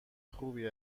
خوبی